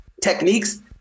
techniques